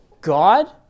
God